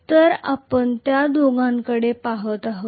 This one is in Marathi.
तर आपण त्या दोघांकडे पहात आहोत